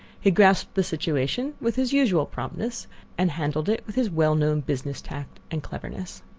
he grasped the situation with his usual promptness and handled it with his well-known business tact and cleverness.